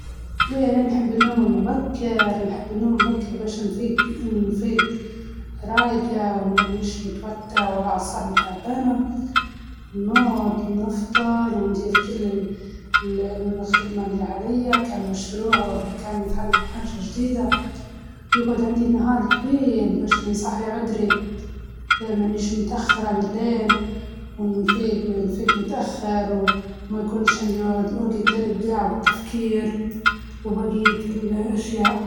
نفضل النوم متأخر و النهوض متأخر، بنحس مزاجي يكون أحلى بالطريقة هذي.